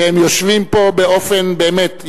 שהם יושבים פה באופן באמת,